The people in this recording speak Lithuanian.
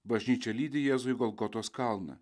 bažnyčia lydi jėzų į golgotos kalną